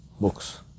books